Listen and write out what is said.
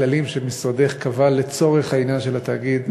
הכללים שמשרדך קבע לצורך העניין של התאגיד,